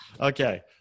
Okay